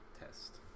test